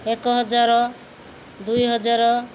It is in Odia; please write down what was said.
ଏକ ହଜାର ଦୁଇ ହଜାର